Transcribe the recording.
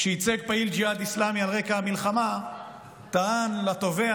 שייצג פעיל ג'יהאד אסלאמי בדיון בדרום טען לתובע